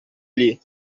lhe